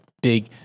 big